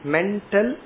Mental